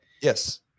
Yes